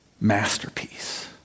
masterpiece